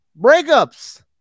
breakups